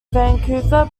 vancouver